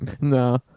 No